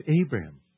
Abraham